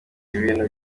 ibintu